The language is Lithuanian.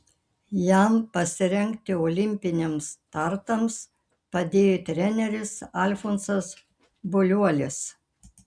jam pasirengti olimpiniams startams padėjo treneris alfonsas buliuolis